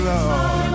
Lord